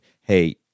hey